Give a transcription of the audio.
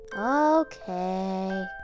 Okay